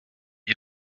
you